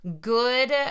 good